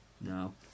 no